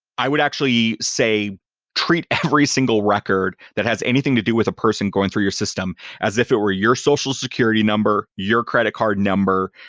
i would actually say treat every single record that has anything to do with a person going through your system as if it were your social security number, your credit card number,